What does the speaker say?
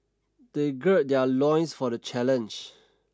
they gird their loins for the challenge